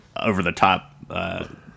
over-the-top